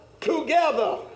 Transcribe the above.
together